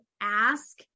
ask